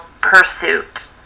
pursuit